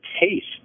taste